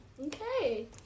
Okay